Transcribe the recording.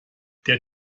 der